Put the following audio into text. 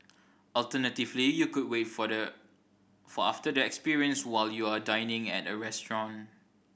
alternatively you could wait for the for after the experience while you are dining at a restaurant